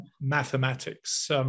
mathematics